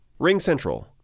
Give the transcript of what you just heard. RingCentral